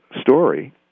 Story